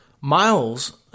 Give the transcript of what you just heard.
Miles